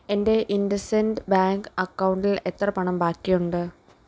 എൻ്റെ IndusInd bank അക്കൗണ്ടിൽ എത്ര പണം ബാക്കിയുണ്ട്